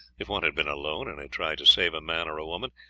if one had been alone, and had tried to save a man or a woman,